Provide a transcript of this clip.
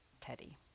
Teddy